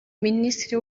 minisitiri